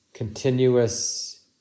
continuous